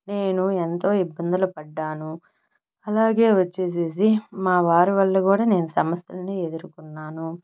నేను ఎంతో ఇబ్బందులు పడ్డాను అలాగే వచ్చేసేసి మావారి వల్ల కూడా నేను సమస్యలని ఎదుర్కున్నాను